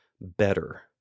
better